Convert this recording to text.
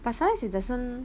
but science it doesn't